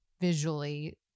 visually